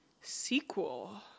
sequel